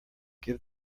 give